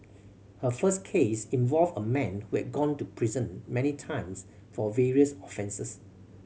her first case involved a man who had gone to prison many times for various offences